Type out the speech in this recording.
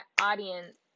audience